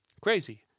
Crazy